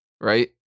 right